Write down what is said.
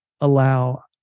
allow